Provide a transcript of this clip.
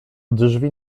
drzwi